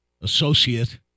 associate